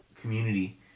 community